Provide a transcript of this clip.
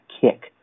kick